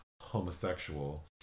homosexual